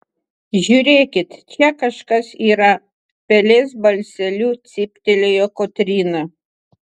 žiūrėkit čia kažkas yra pelės balseliu cyptelėjo kotryna